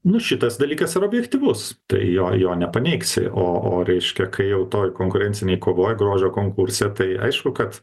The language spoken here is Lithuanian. nu šitas dalykas yra objektyvus tai jo jo nepaneigsi o o reiškia kai jau toj konkurencinėj kovoj grožio konkurse tai aišku kad